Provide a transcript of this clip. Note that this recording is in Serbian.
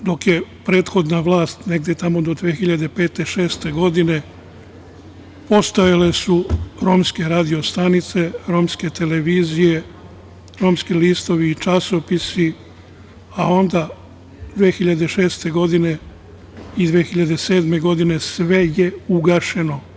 Godinama dok je prethodna vlast, negde tamo do 2005, 2006. godine, postojale su romske radio stanice, romske televizije, romski listovi i časopisi, a onda 2006. godine i 2007. godine sve je ugašeno.